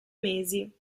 mesi